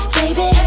baby